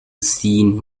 scene